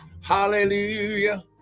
Hallelujah